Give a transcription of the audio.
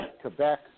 Quebec